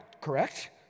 correct